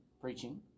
preaching